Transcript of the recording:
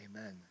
Amen